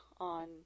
on